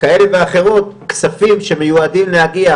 כאלה ואחרות, כספים שמיועדים להגיע